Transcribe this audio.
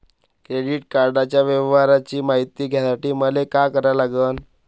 Credit कार्डाच्या व्यवहाराची मायती घ्यासाठी मले का करा लागन?